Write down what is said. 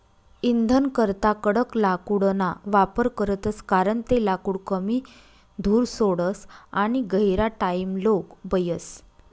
इंधनकरता कडक लाकूडना वापर करतस कारण ते लाकूड कमी धूर सोडस आणि गहिरा टाइमलोग बयस